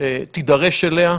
תידרש אליו.